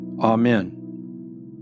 Amen